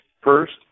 First